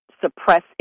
suppress